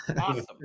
awesome